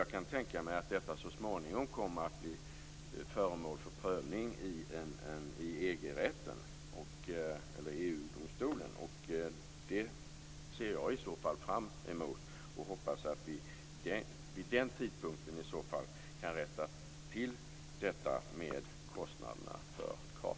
Jag kan tänka mig att detta så småningom kommer att bli föremål för prövning i EU-domstolen. Jag ser i så fall fram emot det och hoppas att vi vid den tidpunkten kan rätta till reglerna för kostnaderna med kartorna.